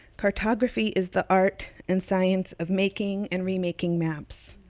cartography is the art and science of making and remaking maps,